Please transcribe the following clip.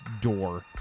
door